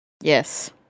Yes